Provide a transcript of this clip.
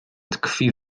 tkwi